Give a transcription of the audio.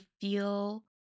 feel